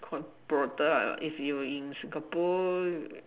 if you are in Singapore